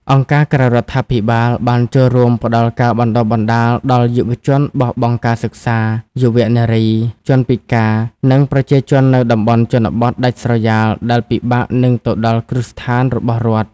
អង្គការក្រៅរដ្ឋាភិបាលបានចូលរួមផ្តល់ការបណ្តុះបណ្តាលដល់យុវជនបោះបង់ការសិក្សា យុវនារី ជនពិការ និងប្រជាជននៅតំបន់ជនបទដាច់ស្រយាលដែលពិបាកនឹងទៅដល់គ្រឹះស្ថានរបស់រដ្ឋ។